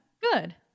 good